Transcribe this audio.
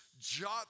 jot